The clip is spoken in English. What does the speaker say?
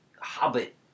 hobbit